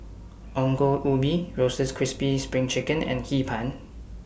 Ongol Ubi Roasted Crispy SPRING Chicken and Hee Pan